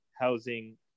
housing